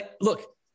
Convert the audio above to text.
Look